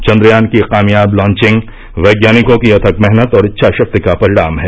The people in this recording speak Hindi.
चन्द्रयान की कामयाब लांचिंग वैज्ञानिकों की अथक मेहनत और इच्छाषक्ति का परिणाम है